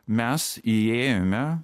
mes įėjome